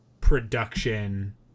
production